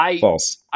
False